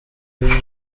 ibi